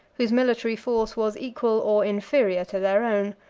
whose military force was equal, or inferior, to their own.